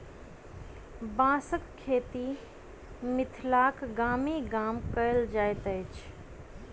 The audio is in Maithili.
बाँसक खेती मिथिलाक गामे गाम कयल जाइत अछि